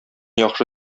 яхшы